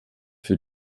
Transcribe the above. für